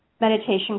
meditation